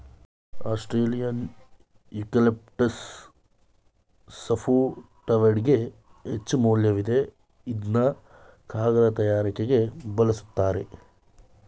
Australian eucalyptus ಸಾಫ್ಟ್ವುಡ್ಗೆ ಹೆಚ್ಚುಮೌಲ್ಯವಿದೆ ಇದ್ನ ಕಾಗದ ತಯಾರಿಕೆಗೆ ಬಲುಸ್ತರೆ